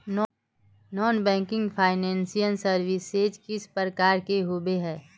Non banking financial services किस प्रकार के होबे है?